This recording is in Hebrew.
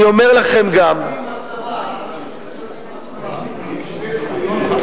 המשרתים בצבא הם שווי זכויות, ?